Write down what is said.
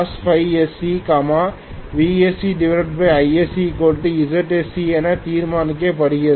cos Φ sc VscIsczsc என தீர்மானிக்கப்படுகிறது